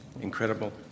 incredible